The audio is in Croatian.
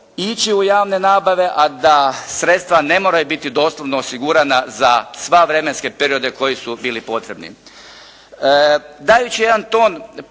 ići u javne nabave, a da sredstva ne moraju biti doslovno osigurana za sve vremenske periode koji su bili potrebni.